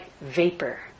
vapor